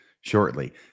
shortly